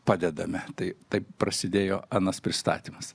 padedame tai taip prasidėjo anas pristatymas